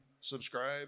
subscribe